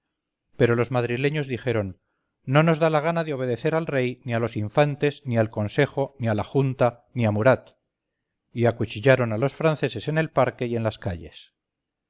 pero los madrileños dijeron no nos da la gana de obedecer al rey ni a los infantes ni al consejo ni a la junta ni a murat y acuchillaron a los franceses en el parque y en las calles